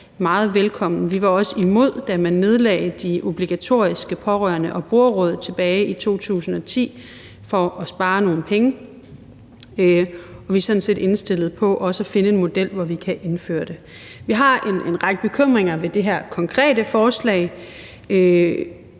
Vi var også imod, da man nedlagde de obligatoriske bruger- og pårørenderåd tilbage i 2010 for at spare nogle penge. Og vi er sådan set indstillet på også at finde en model, så vi kan genindføre det. Vi har en række bekymringer ved det her konkrete forslag.